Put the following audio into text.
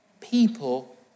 people